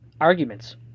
arguments